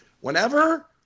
Whenever